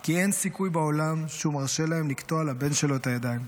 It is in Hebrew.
כי אין סיכוי בעולם שהוא מרשה להם לקטוע לבן שלו את הידיים,